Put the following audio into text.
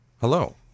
Hello